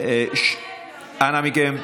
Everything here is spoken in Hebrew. אנא מכם.